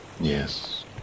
Yes